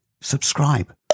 subscribe